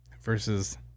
versus